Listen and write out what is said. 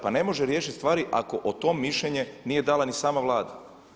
Pa ne može riješiti stvari ako o tom mišljenje nije dala ni sama Vlada.